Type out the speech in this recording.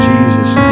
Jesus